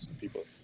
people